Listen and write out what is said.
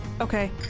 Okay